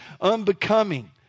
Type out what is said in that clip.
unbecoming